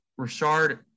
Rashard